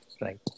Right